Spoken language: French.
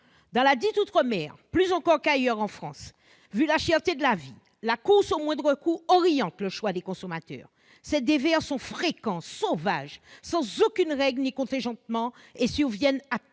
Dans ladite « outre-mer », plus encore qu'ailleurs en France, vu la cherté de la vie, la course au moindre coût oriente le choix des consommateurs. Ces déversements sont fréquents, sauvages. Ils n'obéissent à aucune règle, ne sont pas contingentés et surviennent à